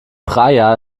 praia